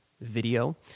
video